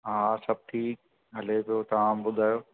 हा सभु ठीकु हले थो तव्हां ॿुधायो